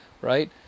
right